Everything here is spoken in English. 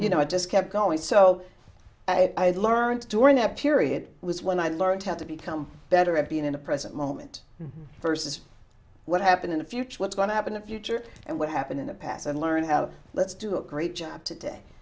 you know i just kept going so i had learned during that period was when i learned how to become better at being in the present moment versus what happened in the future what's going to happen the future and what happened in the past and learn have let's do a great job today